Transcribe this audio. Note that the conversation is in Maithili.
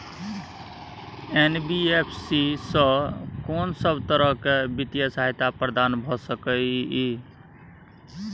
एन.बी.एफ.सी स कोन सब तरह के वित्तीय सहायता प्रदान भ सके इ? इ